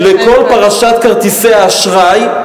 על כל פרשת כרטיסי האשראי,